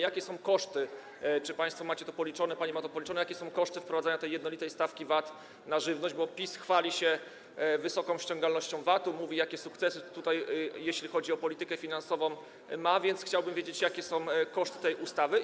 Jakie są koszty, czy państwo macie to policzone, pani ma to policzone, wprowadzenia tej jednolitej stawki VAT na żywność, bo PiS chwali się wysoką ściągalnością VAT-u, mówi, jakie sukcesy tutaj, jeśli chodzi o politykę finansową, ma, więc chciałbym wiedzieć, jakie są koszty tej ustawy?